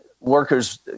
workers